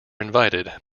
invited